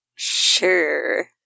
Sure